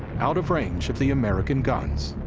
out of range of the american guns.